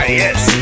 yes